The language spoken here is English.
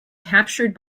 captured